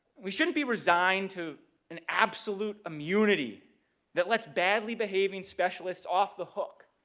we shouldn't be resigned to an absolute immunity that lets badly behaving specialists off the hook